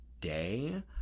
day